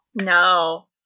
no